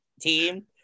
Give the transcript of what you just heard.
team